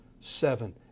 seven